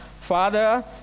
Father